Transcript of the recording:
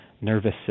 nervous